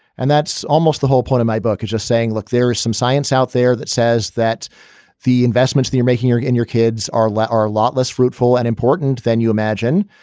and that's almost the whole point of my book is just saying, look, there is some science out there that says that the investments they are making your in your kids are left are a lot less fruitful and important than you imagine.